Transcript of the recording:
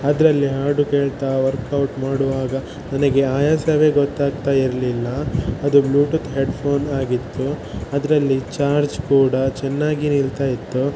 ಅದರಲ್ಲಿ ಹಾಡು ಕೇಳ್ತಾ ವರ್ಕ್ಔಟ್ ಮಾಡುವಾಗ ನನಗೆ ಆಯಾಸವೇ ಗೊತ್ತಾಗ್ತಾ ಇರಲಿಲ್ಲ ಅದು ಬ್ಲೂಟೂತ್ ಹೆಡ್ಫೋನ್ ಆಗಿತ್ತು ಅದರಲ್ಲಿ ಚಾರ್ಜ್ ಕೂಡ ಚೆನ್ನಾಗಿ ನಿಲ್ತಾಯಿತ್ತು